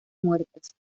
muertas